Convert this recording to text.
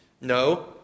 No